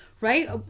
right